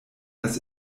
das